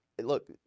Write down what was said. Look